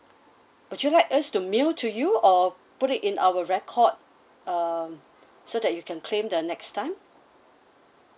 would you like us to mail to you or put it in our record um so that you can claim the next time